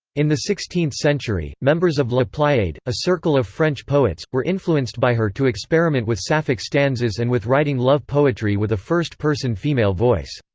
in the sixteenth century, members of la pleiade, a circle of french poets, were influenced by her to experiment with sapphic stanzas and with writing love-poetry with a first-person female voice.